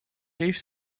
heeft